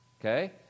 Okay